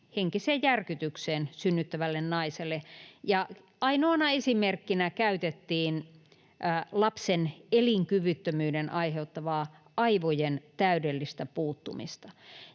henkiseen järkytykseen synnyttävälle naiselle, ja ainoana esimerkkinä käytettiin lapsen elinkyvyttömyyden aiheuttavaa aivojen täydellistä puuttumista.